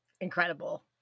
Incredible